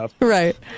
Right